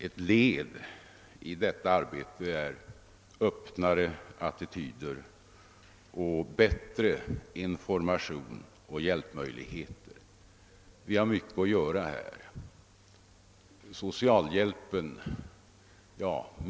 Ett led i detta arbete är öppnare attityder och bättre information och hjälpmöjligheter. Det finns mycket att göra på området.